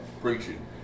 preaching